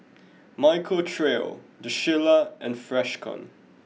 Michael Trio the Shilla and Freshkon